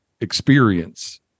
experience